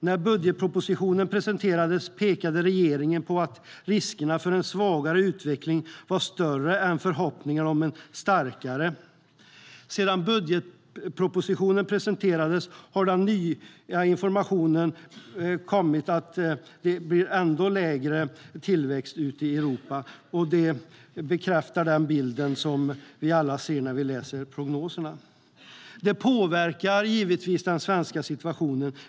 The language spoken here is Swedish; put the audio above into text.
När budgetpropositionen presenterades pekade regeringen på att riskerna för en svagare utveckling var större än förhoppningarna om en starkare. Detta påverkar givetvis den svenska situationen.